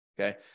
Okay